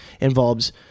involves